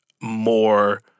more